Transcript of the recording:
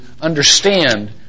understand